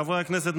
חברי הכנסת,